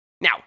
now